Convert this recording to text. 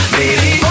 baby